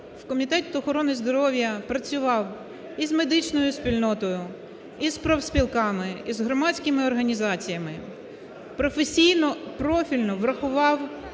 Комітет охорони здоров'я працював і з медичною спільнотою, і з профспілками, і з громадськими організаціями, професійно, профільно врахував